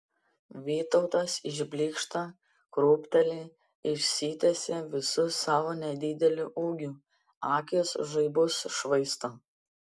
vytautas išblykšta krūpteli išsitiesia visu savo nedideliu ūgiu akys žaibus švaisto